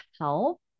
help